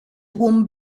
tłum